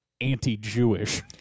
anti-Jewish